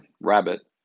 rabbit